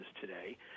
today